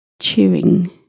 chewing